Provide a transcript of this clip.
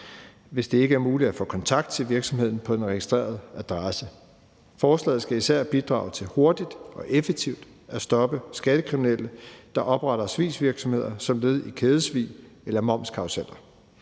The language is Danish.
hvis det ikke er muligt at få kontakt til virksomheden på den registrerede adresse. Forslaget skal især bidrage til hurtigt og effektivt at stoppe skattekriminelle, der opretter svigsvirksomheder som led i kædesvig eller momskarruseller.